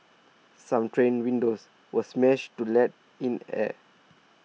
some train windows were smashed to let in air